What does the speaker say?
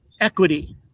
equity